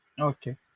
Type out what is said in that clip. Okay